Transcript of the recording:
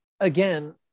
Again